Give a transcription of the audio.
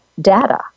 data